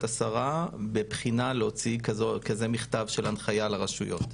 השרה בבחינה להוציא כזה מכתב של הנחיה לרשויות.